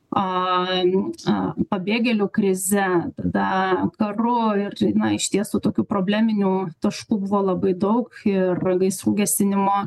aaa a pabėgėlių krize tada karu na iš tiesų tokių probleminių taškų buvo labai daug ir gaisrų gesinimo